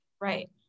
right